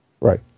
Right